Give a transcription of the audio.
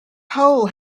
hole